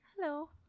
Hello